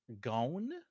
gone